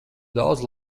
daudz